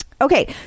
okay